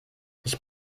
ich